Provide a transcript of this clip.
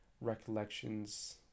Recollections